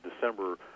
December